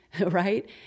right